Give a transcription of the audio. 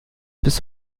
bis